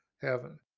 heaven